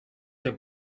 not